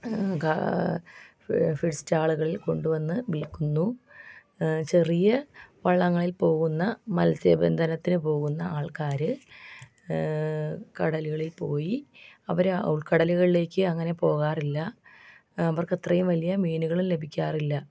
ഗാ ഫി ഫിഷ് സ്റ്റാളുകളിൽ കൊണ്ട് വന്ന് വിൽക്കുന്നു ചെറിയ വള്ളങ്ങളിൽ പോകുന്ന മത്സ്യബന്ധനത്തിന് പോകുന്ന ആൾക്കാർ കടലുകളിൽ പോയി അവർ ഉൾകടലുകളിലേക്ക് അങ്ങനെ പോകാറില്ല അവർക്കത്രയും വലിയ മീനുകളും ലഭിക്കാറില്ല